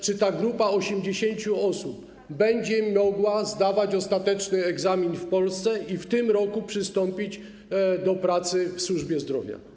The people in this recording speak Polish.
Czy ta grupa 80 osób będzie mogła zdawać ostateczny egzamin w Polsce i w tym roku przystąpić do pracy w służbie zdrowia?